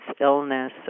illness